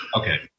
Okay